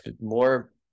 more